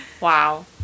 Wow